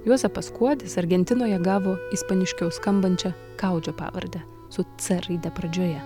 juozapas kuodis argentinoje gavo ispaniškiau skambančią kaudžio pavardę su c raide pradžioje